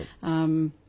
Right